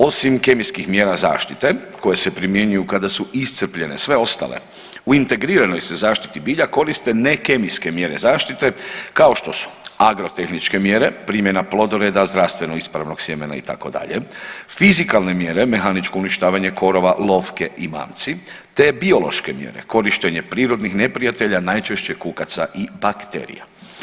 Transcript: Osim kemijskih mjera zaštite kada su iscrpljene sve ostale, u integriranoj se zaštiti bilja koriste ne kemijske mjere zaštite kao što su agrotehničke mjere, primjena plodoreda zdravstveno ispravnog sjemena itd., fizikalne mjere mehaničko uništavanje korova, lovke i mamci te biološke mjere, korištenje prirodnih neprijatelja najčešće kukaca i bakterija.